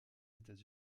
états